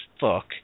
fuck